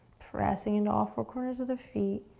pressing into all four corners of the feet,